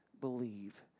believe